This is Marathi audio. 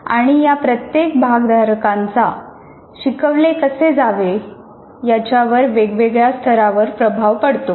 आणि या प्रत्येक भागधारकांचा 'शिकवले कसे जावे' याच्यावर वेगवेगळ्या स्तरावर प्रभाव पडतो